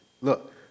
Look